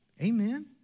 amen